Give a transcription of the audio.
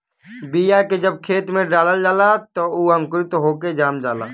बीया के जब खेत में डालल जाला त उ अंकुरित होके जाम जाला